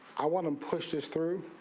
i want to push this through.